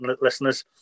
listeners